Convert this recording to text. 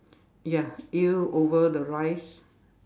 ya eel over the rice